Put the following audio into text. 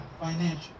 financial